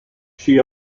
she